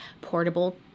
portable